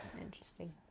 Interesting